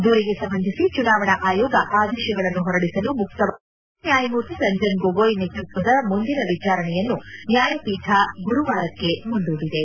ದೂರಿಗೆ ಸಂಬಂಧಿಸಿ ಚುನಾವಣಾ ಆಯೋಗ ಆದೇಶಗಳನ್ನು ಹೊರಡಿಸಲು ಮುಕ್ತವಾಗಿದೆ ಎಂದು ಮುಖ್ಯ ನ್ಯಾಯಮೂರ್ತಿ ರಂಜನ್ ಗೊಗೋಯ್ ನೇತೃತ್ವದ ಮುಂದಿನ ವಿಚಾರಣೆಯನ್ನು ನ್ಯಾಯಪೀಠ ಗುರುವಾರಕ್ಕೆ ಮುಂದೂಡಿದೆ